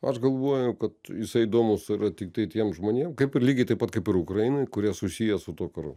aš galvoju kad jisai įdomūs yra tiktai tiem žmonėm kaip ir lygiai taip pat kaip ir ukrainoj kurie susiję su tuo karu